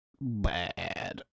bad